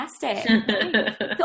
Fantastic